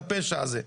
לפשע הזה'.